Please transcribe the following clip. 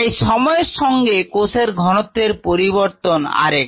তাই সময়ের সঙ্গে কোষের ঘনত্বের পরিবর্তন r x